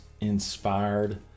inspired